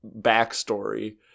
backstory